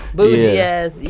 Bougie-ass